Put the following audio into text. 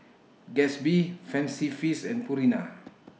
Gatsby Fancy Feast and Purina